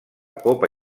copa